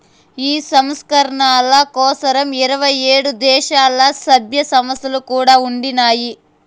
ఈ సంస్కరణల కోసరం ఇరవై ఏడు దేశాల్ల, సభ్య సంస్థలు కూడా ఉండినాయి